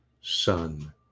son